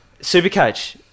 Supercoach